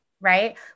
right